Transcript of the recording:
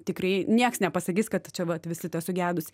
tikrai nieks nepasakys kad čia vat visita sugedus